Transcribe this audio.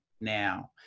now